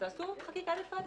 ותעשו חקיקה נפרדת,